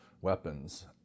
weapons